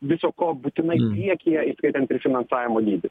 viso ko būtinai priekyje įskaitant ir finansavimo dydį